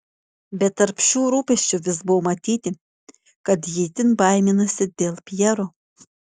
bet tarp šių rūpesčių vis buvo matyti kad ji itin baiminasi dėl pjero